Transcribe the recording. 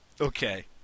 okay